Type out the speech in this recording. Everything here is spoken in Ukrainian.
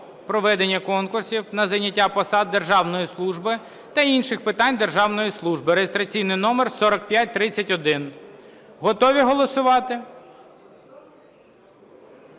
проведення конкурсів на зайняття посад державної служби та інших питань державної служби (реєстраційний номер 4531). Готові голосувати?